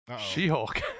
She-Hulk